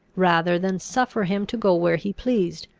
rather than suffer him to go where he pleased,